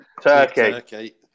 Turkey